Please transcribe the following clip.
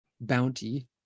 bounty